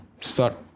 start